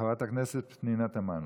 חברת הכנסת פנינה תמנו.